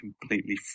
completely